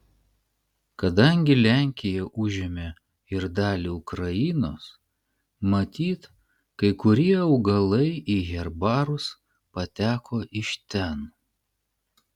kadangi lenkija užėmė ir dalį ukrainos matyt kai kurie augalai į herbarus pateko iš ten